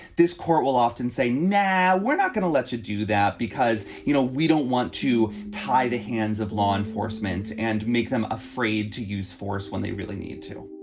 this court will often say, now, we're not going to let you do that because, you know, we don't want to tie the hands of law enforcement and make them afraid to use force when they really need to